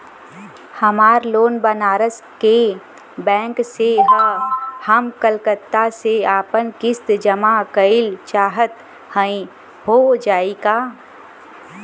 हमार लोन बनारस के बैंक से ह हम कलकत्ता से आपन किस्त जमा कइल चाहत हई हो जाई का?